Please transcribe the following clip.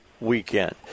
weekend